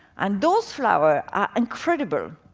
and those flower are incredible,